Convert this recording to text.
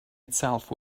itself